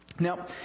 Now